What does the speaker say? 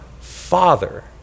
Father